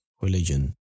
religion